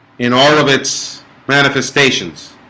in all of its manifestations